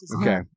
Okay